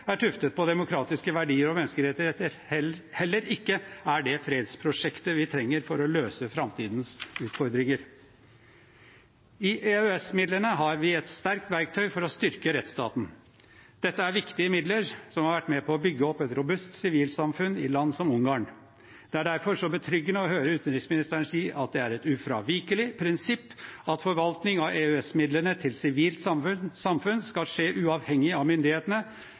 er tuftet på demokratiske verdier og menneskerettigheter, heller ikke er det fredsprosjektet vi trenger for å løse framtidens utfordringer. I EØS-midlene har vi et sterkt verktøy for å styrke rettsstaten. Dette er viktige midler som har vært med på å bygge opp et robust sivilsamfunn i land som Ungarn. Det er derfor betryggende å høre utenriksministeren si at det er et ufravikelig prinsipp at forvaltning av EØS-midlene til sivilt samfunn skal skje uavhengig av myndighetene,